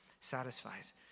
satisfies